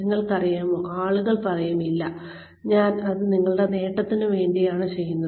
നിങ്ങൾക്കറിയാമോ ആളുകൾ പറയും ഇല്ല ഇല്ല ഞാൻ ഇത് നിങ്ങളുടെ നേട്ടത്തിന് വേണ്ടിയാണ് ചെയ്യുന്നത്